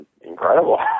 incredible